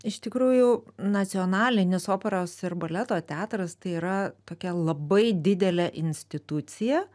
iš tikrųjų nacionalinis operos ir baleto teatras tai yra tokia labai didelė institucija